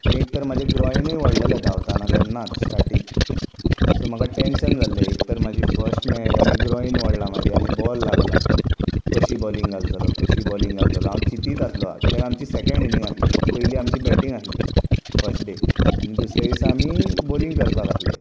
आनी एकतर म्हाजें ग्रॉइनूय वोडलेलें धांवताना तेन्नाच स्टार्टींग सो म्हाका टॅन्शन जाल्लें एक तर म्हाजी फश्ट मॅच आनी ग्रॉइन वाडलां म्हाजें आनी बॉल लागला कशी बॉलींग घालतलो कशी बॉलींग घालतलो हांव चितीत आहलो कित्याक आमची सॅकॅण्ड इनींग आहली पयलीं आमची बॅटींग आहली फस्ट डे आनी दुसऱ्या दिसा आमी बोलींग करपाक आसले